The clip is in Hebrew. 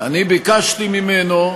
אני ביקשתי ממנו,